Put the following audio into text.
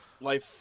life